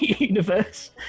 universe